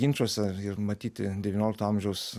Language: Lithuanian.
ginčuose ir matyti devyniolikto amžiaus